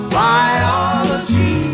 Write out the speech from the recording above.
biology